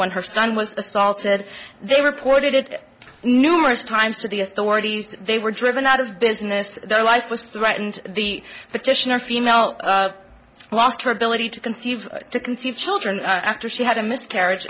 when her son was assaulted they reported it numerous times to the authorities they were driven out of business their life was threatened the petitioner female lost her ability to conceive to conceive children after she had a miscarriage